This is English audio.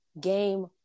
Game